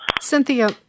Cynthia